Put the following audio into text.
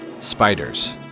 Spiders